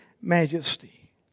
majesty